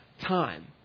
time